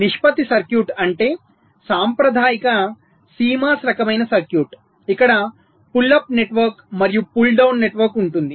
నిష్పత్తి సర్క్యూట్ అంటే సాంప్రదాయిక CMOS రకమైన సర్క్యూట్ ఇక్కడ పుల్ అప్ నెట్వర్క్ మరియు పుల్ డౌన్ నెట్వర్క్ ఉంటుంది